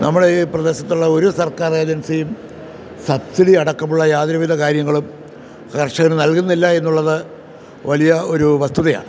നമ്മളെ ഈ പ്രദേശത്തുള്ള ഒരു സർക്കാർ ഏജൻസിയും സബ്സിഡി അടക്കമുള്ള യാതൊരുവിധ കാര്യങ്ങളും കർഷകന് നല്കുന്നില്ല എന്നുള്ളത് വലിയ ഒരു വസ്തുതയാണ്